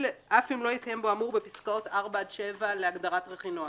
אף אם לא התקיים בו האמור בפסקאות (4) עד (7) להגדרת רכינוע.